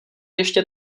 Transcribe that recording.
ještě